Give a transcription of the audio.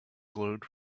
glowed